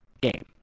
game